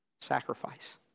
Sacrifice